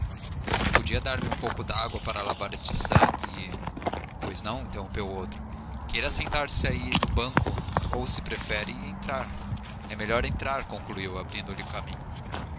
podia dar-me um pouco dágua para lavar este sangue e pois não interrompeu o outro queira sentar-se aí no banco ou se prefere entrar é melhor entrar concluiu abrindo lhe caminho